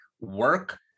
work